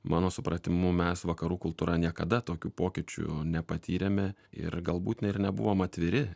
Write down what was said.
mano supratimu mes vakarų kultūra niekada tokių pokyčių nepatyrėme ir galbūt ne ir nebuvom atviri